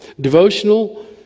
Devotional